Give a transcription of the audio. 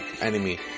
enemy